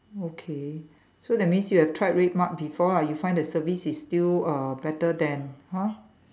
okay so that means you have tried RedMart before lah you find the service is still uh better than !huh!